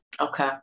Okay